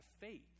faith